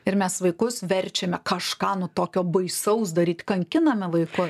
ir mes vaikus verčiame kažką nu tokio baisaus daryt kankiname vaikus